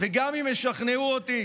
וגם אם ישכנעו אותי